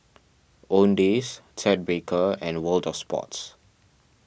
Owndays Ted Baker and World of Sports